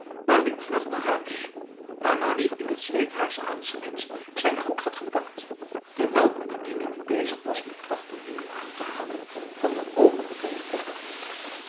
maar liep vlug naar huis waar marie in het zweet haars aanschijns zijn goed had gepakt terwijl een bediende nu bezig was met kracht de riemen aan te halen van de overgevulde koffer